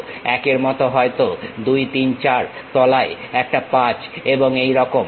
1 এর মত হয়তো 2 3 4 তলায় একটা 5 এবং এই রকম